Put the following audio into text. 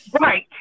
Right